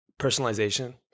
personalization